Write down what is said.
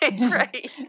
Right